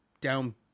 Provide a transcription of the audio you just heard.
down